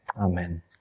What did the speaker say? Amen